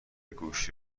گوشی